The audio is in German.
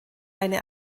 eine